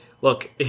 look